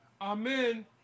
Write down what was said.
Amen